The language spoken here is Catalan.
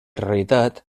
realitat